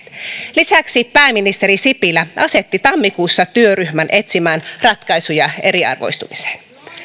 lisäksi pääministeri sipilä asetti tammikuussa työryhmän etsimään ratkaisuja eriarvoistumiseen